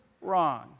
wrong